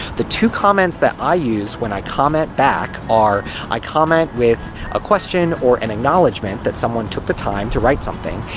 the two comments that i use, when i comment back, are i comment with a question or an acknowledgement that someone took the time to write something,